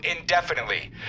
indefinitely